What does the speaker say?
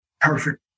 Perfect